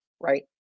right